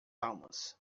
almas